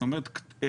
זאת אומרת,